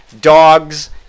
dogs